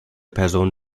person